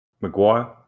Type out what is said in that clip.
Maguire